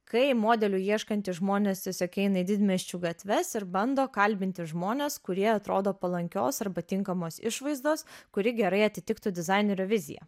kai modelių ieškantys žmonės tiesiog eina į didmiesčių gatves ir bando kalbinti žmones kurie atrodo palankios arba tinkamos išvaizdos kuri gerai atitiktų dizainerio viziją